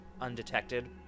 undetected